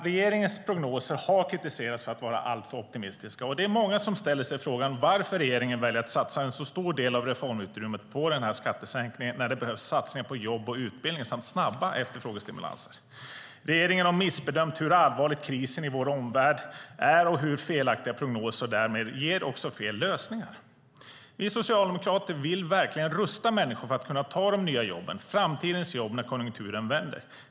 Regeringens prognoser har kritiserats för att vara alltför optimistiska, och det är många som ställer sig frågan varför regeringen väljer att satsa en så stor del av reformutrymmet på den här skattesänkningen när det behövs satsningar på jobb och utbildning samt snabba efterfrågestimulanser. Regeringen har missbedömt hur allvarlig krisen i vår omvärld är och har felaktiga prognoser och därmed fel lösningar. Vi socialdemokrater vill verkligen rusta människor för att kunna ta de nya jobben, framtidens jobb, när konjunkturen vänder.